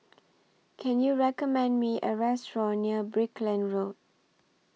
Can YOU recommend Me A Restaurant near Brickland Road